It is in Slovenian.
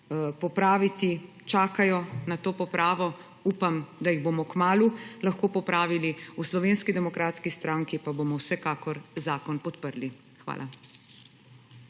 popraviti. Čakajo na to popravo, upam, da jih bomo kmalu lahko popravili. V Slovenski demokratski stranki bomo vsekakor zakon podprli. Hvala.